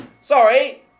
Sorry